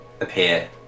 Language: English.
appear